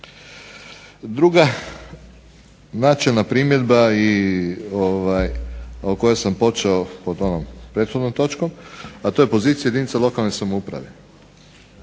Druga načelna primjedba o kojoj sam počeo u onoj prethodnoj točki, a to je pozicija jedinica lokalne samouprave.